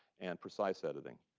and precise editing.